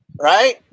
right